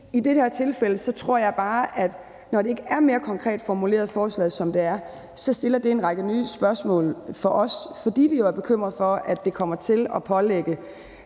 I det her tilfælde tror jeg bare, at forslaget, når det ikke er mere konkret formuleret, end det er, stiller en række nye spørgsmål for os, fordi vi jo er bekymret for, at det kommer til at pålægge